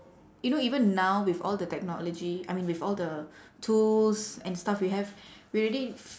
you know even now with all the technology I mean with all the tools and stuff we have we already